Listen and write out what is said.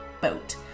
boat